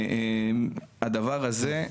הדבר הזה,